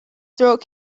throat